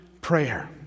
prayer